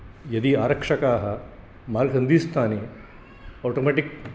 यदि आरक्षकाः मार्गसन्धिस्थाने आटोमेटिक्